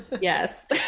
Yes